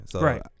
Right